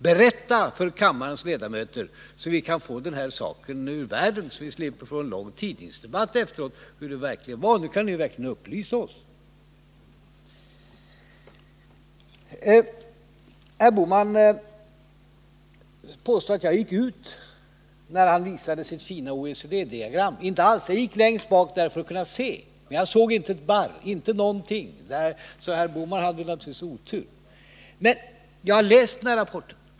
Berätta för kammarens ledamöter, så att vi kan få den här saken ur världen och slipper få enlång tidningsdebatt efteråt om hur det verkligen var. Nu har ni ju verkligen möjligheter att upplysa oss. Herr Bohman påstod att jag gick ut när han visade sitt OECD-diagram. Inte alls! Jag gick längst bak i kammaren för att kunna se, men jag såg inte ett barr, inte någonting. Herr Bohman hade därför naturligtvis otur. Men jag har läst den här rapporten.